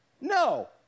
no